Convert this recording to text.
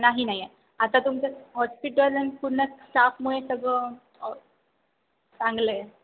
नाही नाही आहे आता तुमचं हॉस्पिटल आणि पूर्ण स्टाफमुळे सगळं चांगलं आहे